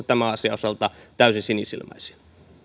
tämän asian osalta täysin sinisilmäisiä arvoisa